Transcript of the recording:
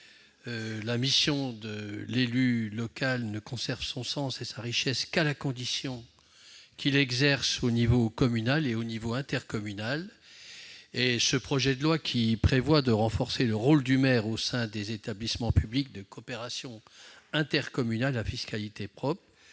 la mission de l'élu local ne conserve son sens et sa richesse qu'à la condition qu'il l'exerce au niveau communal et au niveau intercommunal. Le projet de loi prévoit de renforcer le rôle du maire au sein des établissements publics de coopération intercommunale à fiscalité propre.